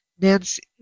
Nancy